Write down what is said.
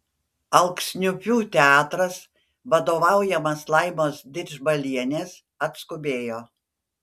alksniupių teatras vadovaujamas laimos didžbalienės atskubėjo